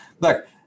look